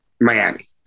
Miami